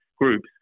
groups